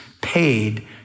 paid